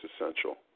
essential